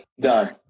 Done